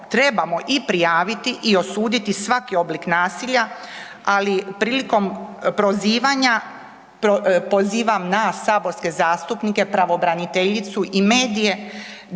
trebamo i prijaviti, i osuditi svaki oblik nasilja ali prilikom prozivanja pozivam na saborske zastupnike, pravobraniteljicu i medije